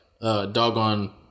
doggone